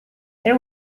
there